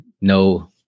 no